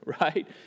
right